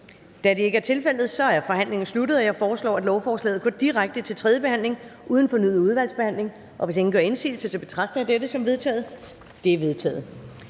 tiltrådt af udvalget? De er vedtaget. Jeg foreslår, at lovforslaget går direkte til tredje behandling uden fornyet udvalgsbehandling, og hvis ingen gør indsigelse, betragter jeg dette som vedtaget. Det er vedtaget.